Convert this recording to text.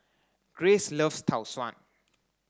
Grayce loves Tau Suan